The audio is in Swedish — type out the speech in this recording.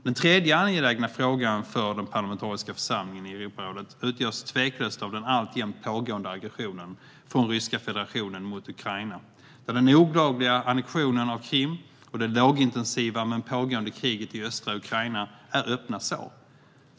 Den tredje angelägna frågan för den parlamentariska församlingen i Europarådet utgörs tveklöst av den alltjämt pågående aggressionen från Ryska federationen mot Ukraina, där den olagliga annektionen av Krim och det lågintensiva men pågående kriget i östra Ukraina är öppna sår.